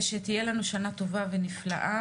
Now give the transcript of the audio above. שתהיה לנו שנה טובה ונפלאה.